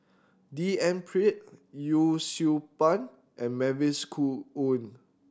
D N Pritt Yee Siew Pun and Mavis Khoo Oei